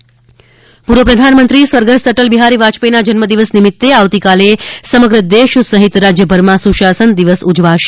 સુશાસન દિવસ પૂર્વ પ્રધાનમંત્રી સ્વર્ગસ્થ અટલ બિહારી વાજપેથીના જન્મદિવસ નિમિતે આવતીકાલે સમગ્ર દેશ સહિત રાજયભરમાં સુશાસન દિવસ ઉજવાશે